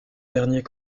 derniers